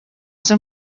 san